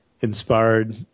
inspired